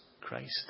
Christ